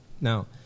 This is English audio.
Now